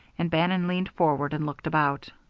and bannon leaned forward and looked about.